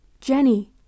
Jenny